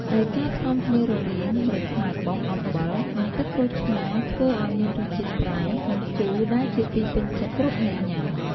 ដោយការផ្សំគ្នារវាង ម្រេចខ្មៅបុក អំបិល និងទឹកក្រូចឆ្មាធ្វើឲ្យមានរសជាតិប្រៃ និងជូរដែលជាទីពេញចិត្តគ្រប់អ្នកញុាំ។